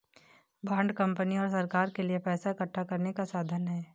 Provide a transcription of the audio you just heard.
bond company और सरकार के लिए पैसा इकठ्ठा करने का साधन है